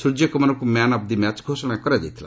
ସୂର୍ଯ୍ୟ କୁମାରଙ୍କୁ man of the match ଘୋଷଣା କରାଯାଇଥିଲା